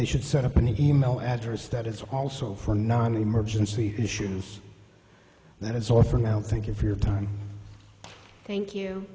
they should set up an email address that is also for non emergency issues that is all for now thank you for your time thank you